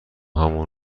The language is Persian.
همان